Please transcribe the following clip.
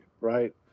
right